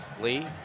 Lee